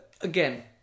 Again